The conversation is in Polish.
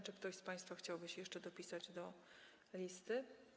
Czy ktoś z państwa chciałby się jeszcze zapisać na liście?